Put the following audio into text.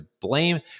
blame